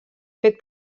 fet